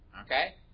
Okay